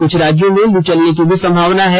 कुछ राज्यों में लू चलने की भी संमावना है